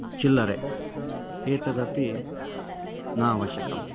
चिल्लरे एतदपि नावश्यकम्